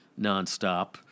nonstop